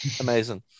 amazing